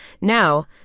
Now